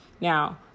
Now